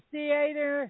Theater